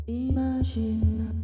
imagine